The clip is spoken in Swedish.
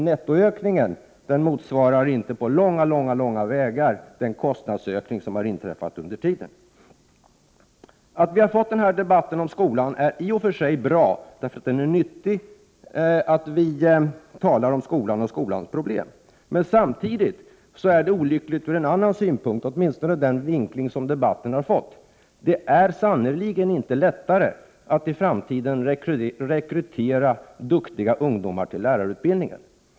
Nettoökningen motsvarar inte på långa vägar den kostnadsökning som har inträffat under tiden. Att vi har fått denna debatt om skolan är i och för sig bra. Det är nyttigt att vi talar om skolan och skolans problem. Men samtidigt är debatten olycklig ur en annan synpunkt, åtminstone med den vinkling som debatten har fått. Det är sannerligen inte lättare att i framtiden rekrytera duktiga ungdomar till lärarutbildningen.